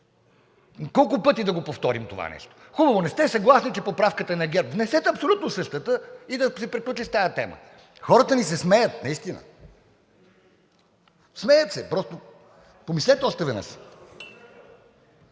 Колко пъти да го повторим това нещо? Хубаво, не сте съгласни, че поправката е на ГЕРБ. Внесете абсолютно същата и да се приключи с тази тема. Хората ни се смеят, наистина. Смеят се, просто… Помислете още веднъж!